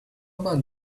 about